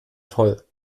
toll